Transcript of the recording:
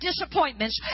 disappointments